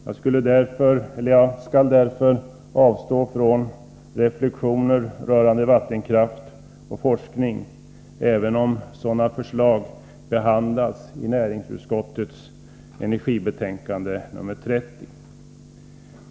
Jag skall därför avstå från reflexioner rörande vattenkraft och forskning — även om sådana förslag behandlas i näringsutskottets energibetänkande nr 30.